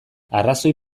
arrazoi